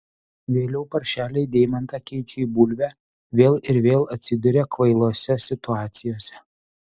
vėliau paršeliai deimantą keičia į bulvę vėl ir vėl atsiduria kvailose situacijose